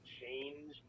change